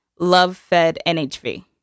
lovefednhv